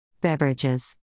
Beverages